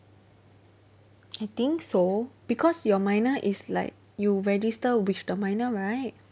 I think so because your minor is like you register with the minor right